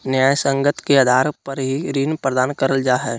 न्यायसंगत के आधार पर ही ऋण प्रदान करल जा हय